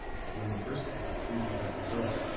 but when the first effort proved without result,